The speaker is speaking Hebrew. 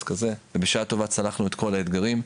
כזה ובשעה טובה צלחנו את כל האתגרים.